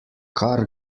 kar